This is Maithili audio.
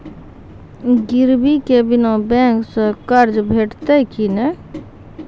गिरवी के बिना बैंक सऽ कर्ज भेटतै की नै?